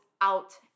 out